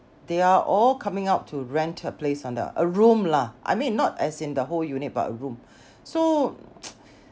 they are all coming out to rent a place on the a room lah I mean not as in the whole unit but a room so